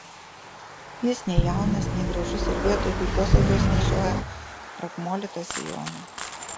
jis nei jaunas nei gražus ir vietoj puikios odos nešioja krakmolytą sijoną